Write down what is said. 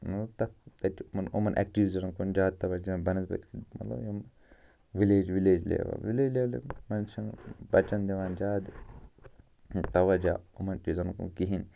مطلب تَتھ تَتہِ چھُ یِمَن ایکٹیٛوٗٹیٖزَن کُن زیادٕ توجہ بَنسبَت مطلب یِم وِلیج وِلیج لیٚوَل وِلیج لیٚولہِ منٛز چھِنہٕ بَچَن دِوان زیادٕ توجہ یِمَن چیٖزَن کُن کِہیٖنٛۍ